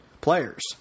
players